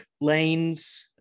lanes